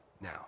now